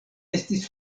estis